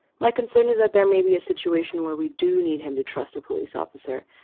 my concern is that there may be a situation where we do need him to trust a police officer.